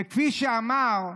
כפי שאמר,